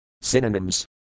Synonyms